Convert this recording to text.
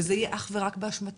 וזה יהיה אך ורק באשמתנו.